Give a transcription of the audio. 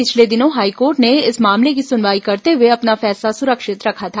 पिछले दिनों हाईकोर्ट ने इस मामले की सुनवाई करते हए अपना फैसला सुरक्षित रखा था